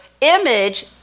image